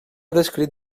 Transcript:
descrit